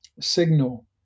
signal